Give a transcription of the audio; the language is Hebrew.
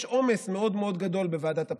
יש עומס מאוד מאוד גדול בוועדת הפנים.